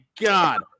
god